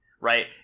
right